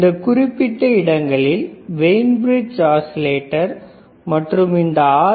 அந்தக் குறிப்பிட்ட இடங்களில் வெய்யின் பிரிட்ஜ் ஆஸிலேட்டர் மற்றும் இந்த R